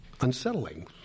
unsettling